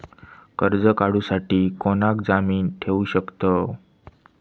कर्ज काढूसाठी कोणाक जामीन ठेवू शकतव?